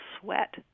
sweat